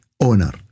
owner